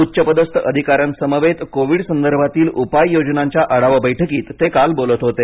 उच्चपदस्थ अधिकाऱ्यांसमवेत कोविड संदर्भातील उपाययोजनांच्या आढावा बैठकीत ते काल बोलत होते